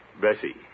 Bessie